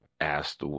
asked